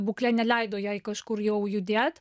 būklė neleido jai kažkur jau judėt